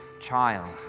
child